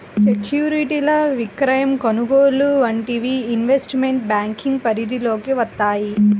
సెక్యూరిటీల విక్రయం, కొనుగోలు వంటివి ఇన్వెస్ట్మెంట్ బ్యేంకింగ్ పరిధిలోకి వత్తయ్యి